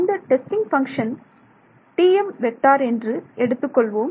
அந்த testing function Tm என்று எடுத்துக்கொள்வோம்